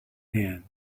hand